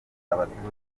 abaturage